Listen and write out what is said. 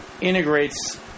integrates